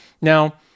Now